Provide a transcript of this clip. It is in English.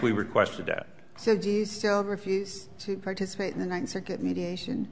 we requested that so do you still refuse to participate in the ninth circuit mediation